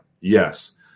Yes